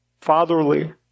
fatherly